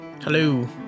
Hello